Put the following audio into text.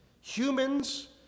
humans